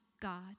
God